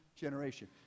generation